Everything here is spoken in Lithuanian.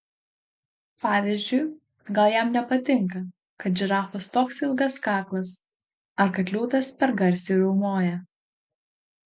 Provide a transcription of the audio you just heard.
pavyzdžiui gal jam nepatinka kad žirafos toks ilgas kaklas ar kad liūtas per garsiai riaumoja